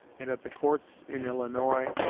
and at the courts in illinois,